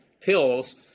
pills